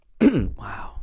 Wow